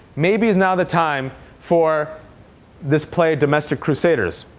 maybe is now the time for this play domestic crusaders.